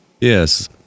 Yes